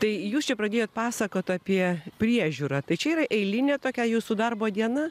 tai jūs čia pradėjo pasakot apie priežiūrą tai čia yra eilinė tokia jūsų darbo diena